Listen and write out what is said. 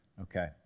Okay